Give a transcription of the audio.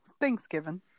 thanksgiving